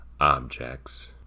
objects